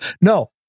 No